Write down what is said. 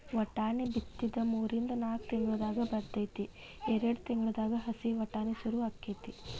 ವಟಾಣಿ ಬಿತ್ತಿದ ಮೂರಿಂದ ನಾಕ್ ತಿಂಗಳದಾಗ ಬರ್ತೈತಿ ಎರ್ಡ್ ತಿಂಗಳದಾಗ ಹಸಿ ವಟಾಣಿ ಸುರು ಅಕೈತಿ